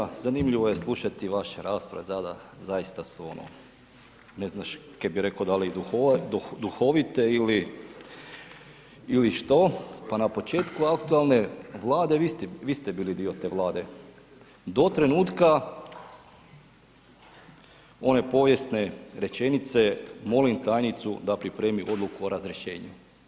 Kolega Grmoja zanimljivo je slušati vaše rasprave, zaista su ne zaš kaj bi rekao da li duhovite ili što, pa na početku aktualne Vlade vi ste bili dio te Vlade, do trenutka one povijesne rečenice, molim tajnicu da pripremi odluku o razrješenju.